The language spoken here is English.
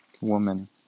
Woman